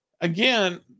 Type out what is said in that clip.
again